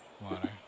Water